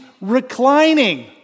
reclining